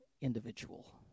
individual